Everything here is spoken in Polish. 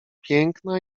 piękna